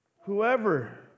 whoever